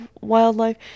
wildlife